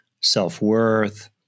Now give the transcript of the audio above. self-worth